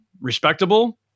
respectable